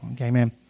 Amen